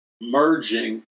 merging